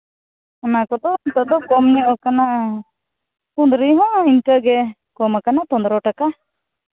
ᱚᱱᱟ ᱠᱚᱫᱚ ᱱᱤᱛᱚᱜ ᱫᱚ ᱠᱚᱢ ᱧᱚᱜ ᱠᱟᱱᱟ ᱠᱩᱸᱫᱽᱨᱤ ᱦᱚᱸ ᱤᱱᱠᱟᱹ ᱜᱮ ᱠᱚᱢ ᱠᱟᱱᱟ ᱯᱚᱱᱨᱚ ᱴᱟᱠᱟ